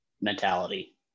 mentality